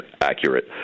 accurate